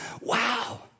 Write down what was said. Wow